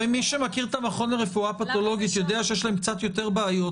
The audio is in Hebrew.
הרי מי שמכיר את המכון לרפואה פתולוגית יודע שיש להם קצת יותר בעיות